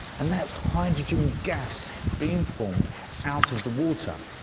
and that's hydrogen gas being formed out of the water.